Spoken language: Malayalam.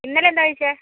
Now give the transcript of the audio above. ഇന്നലെ എന്താണ് കഴിച്ചത്